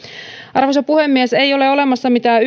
arvoisa puhemies ei ole olemassa mitään